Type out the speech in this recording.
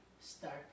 start